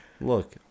Look